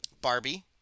Barbie